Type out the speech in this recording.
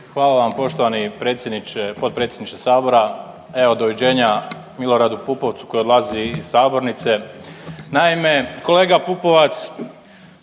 Hvala vam poštovani predsjedniče, potpredsjedniče Sabora. Evo, doviđenja Miloradu Pupovcu koji odlazi iz sabornice. Naime, kolega Pupovac,